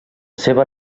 seva